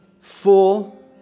full